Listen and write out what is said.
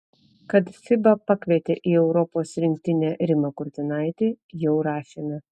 kad fiba pakvietė į europos rinktinę rimą kurtinaitį jau rašėme